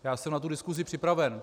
Já jsem na tu diskusi připraven.